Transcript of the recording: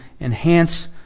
enhance